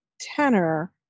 tenor